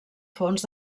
fons